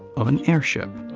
of an airship.